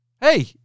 Hey